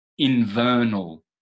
invernal